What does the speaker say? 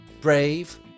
Brave